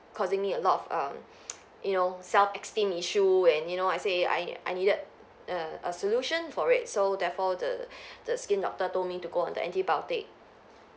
causing me a lot of um you know self esteem issue and you know I say I I needed a a solution for it so therefore the the skin doctor told me to go on the antibiotic